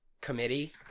committee